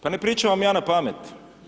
Pa ne pričam vam ja na pamet.